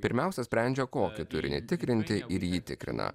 pirmiausia sprendžia kokį turinį tikrinti ir jį tikrina